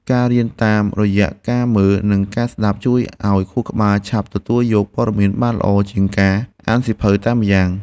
ការរៀនតាមរយៈការមើល និងការស្តាប់ជួយឱ្យខួរក្បាលឆាប់ទទួលយកព័ត៌មានបានល្អជាងការអានសៀវភៅតែម្យ៉ាង។